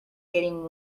getting